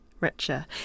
richer